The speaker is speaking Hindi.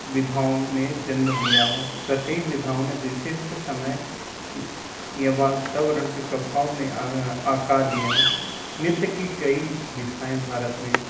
विधाओं ने जन्म लिया है प्रत्येक विधाओं ने विशिष्ट समय या वातावरण के प्रभाव में आकार लिया है नृत्य की कई विधाएँ भारत में